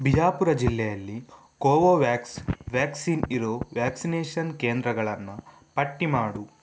ಬಿಜಾಪುರ ಜಿಲ್ಲೆಯಲ್ಲಿ Covovax vaccine ಇರೋ vaccination ಕೇಂದ್ರಗಳನ್ನು ಪಟ್ಟಿ ಮಾಡು